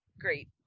great